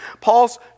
Paul's